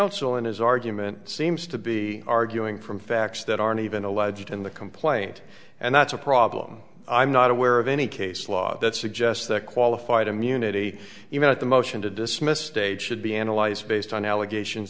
and his argument seems to be arguing from facts that aren't even alleged in the complaint and that's a problem i'm not aware of any case law that suggests that qualified immunity even at the motion to dismiss state should be analyzed based on allegations